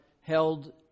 held